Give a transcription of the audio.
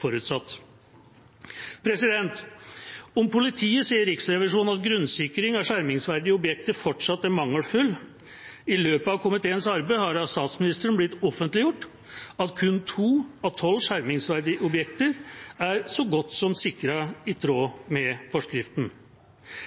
forutsatt. Om politiet sier Riksrevisjonen at grunnsikringen av skjermingsverdige objekter fortsatt er mangelfull. I løpet av komiteens arbeid har det av statsministeren blitt offentliggjort at kun to av tolv skjermingsverdige objekter er så godt som sikret i tråd med forskriften.